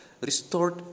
restored